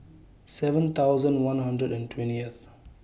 seven thousand one hundred and twentieth